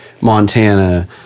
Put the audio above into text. Montana